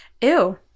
Ew